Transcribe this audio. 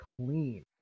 clean